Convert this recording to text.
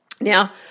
Now